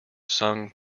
sung